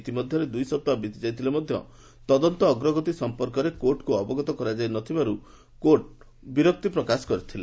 ଇତିମଧ୍ଧରେ ଦୁଇସପ୍ତାହ ବିତିଯାଇଥିଲେ ମଧ୍ଧ ତଦନ୍ତ ଅଗ୍ରଗତି ସଂପର୍କରେ କୋର୍ଟଙ୍କୁ ଅବଗତ କରାଯାଇ ନଥିବାରୁ କୋର୍ଟ ବିରକ୍ତି ପ୍ରକାଶ କରିଥିଲେ